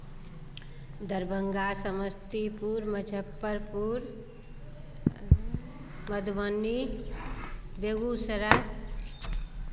Darbhanga Samastipur Muzaffarpur Madhubani Begusarai